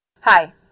Hi